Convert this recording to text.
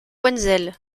wenzel